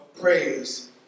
praise